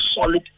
solid